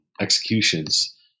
executions